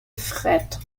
fred